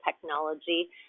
technology